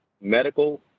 medical